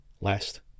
last